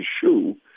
shoe